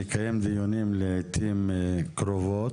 נקיים דיונים לעיתים קרובות,